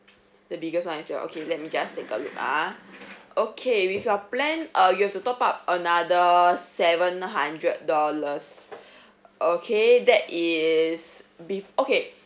the biggest one is your okay let me just take a look ah okay with your plan uh you have to top up another seven hundred dollars okay that is bef~ okay